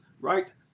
right